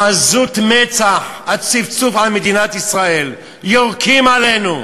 עזות המצח, הצפצוף על מדינת ישראל, יורקים עלינו,